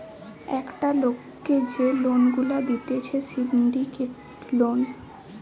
একটা লোককে যে লোন গুলা দিতেছে সিন্ডিকেট লোন